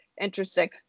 interesting